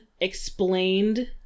explained